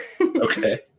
Okay